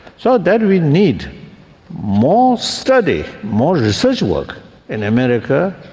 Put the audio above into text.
so then we need more study, more research work in america,